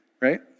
right